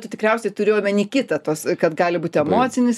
tu tikriausiai turi omeny kitą tos kad gali būt emocinis